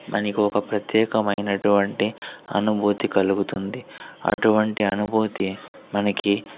మనకి ఒక ప్రత్యేకమైనటువంటి అనుభూతి కలుగుతుంది అటువంటి అనుభూతి మనకి